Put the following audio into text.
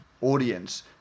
audience